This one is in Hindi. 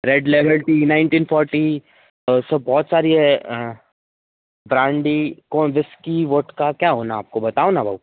red Label T nineteen forty सब बहुत सारी है ब्रांडी कौन व्हिस्की वोडका क्या होना आपको बताओ ना